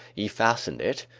he fastened it,